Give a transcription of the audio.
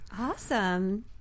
Awesome